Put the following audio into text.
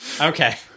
okay